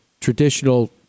traditional